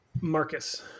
Marcus